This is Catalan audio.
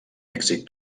èxit